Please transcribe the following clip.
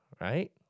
right